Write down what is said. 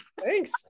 Thanks